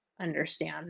understand